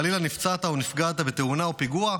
חלילה, נפצעת או נפגעת בתאונה או בפיגוע?